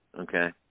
okay